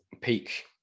peak